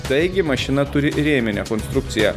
taigi mašina turi rėminę konstrukciją